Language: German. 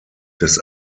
des